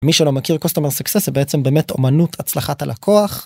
מי שלא מכיר קוסטומר סקסס זה בעצם באמת אומנות הצלחת הלקוח.